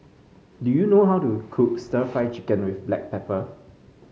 do you know how to cook stir Fry Chicken with Black Pepper